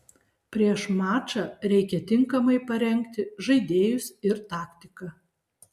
prieš mačą reikia tinkamai parengti žaidėjus ir taktiką